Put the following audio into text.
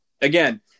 Again